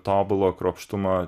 tobulo kruopštumo